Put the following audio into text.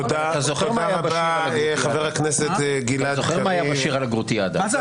אתה זוכר מה היה בשיר על הגרוטיאדה.